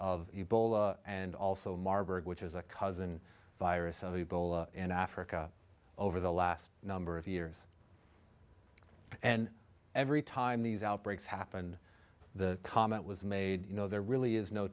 of ebola and also marburg which is a cousin virus of people in africa over the last number of years and every time these outbreaks happen the comment was made you know there really is no